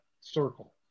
circle